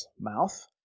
mouth